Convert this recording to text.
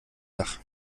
dach